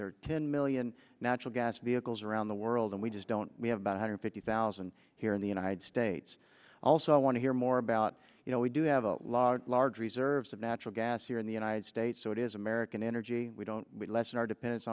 are ten million natural gas vehicles around the world and we just don't we have about a hundred fifty thousand here in the united states also i want to hear more about you know we do have a lot of large reserves of natural gas here in the united states so it is american energy we don't lessen our dependence